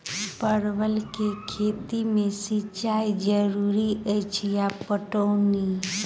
परवल केँ खेती मे सिंचाई जरूरी अछि या पटौनी?